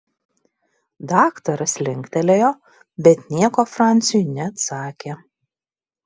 daktaras linktelėjo bet nieko franciui neatsakė